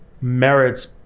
merits